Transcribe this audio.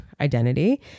identity